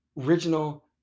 original